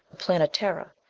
the planetara!